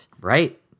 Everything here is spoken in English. Right